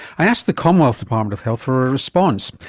i asked the commonwealth department of health for a response.